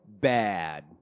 bad